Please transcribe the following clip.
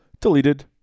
Deleted